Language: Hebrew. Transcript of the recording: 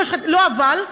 לא אבל,